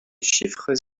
chiffres